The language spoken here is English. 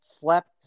slept